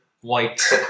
white